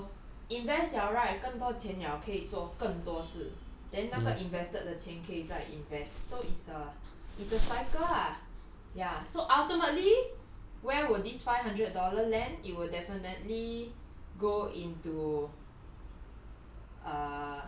ya so invest 了 right 更多钱了可以做更多事 then 那个 invested 的钱可以再 invest so it's a it's a cycle ah yeah so ultimately where will this five hundred dollar land it will definitely go into